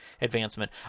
advancement